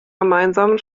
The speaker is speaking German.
gemeinsamen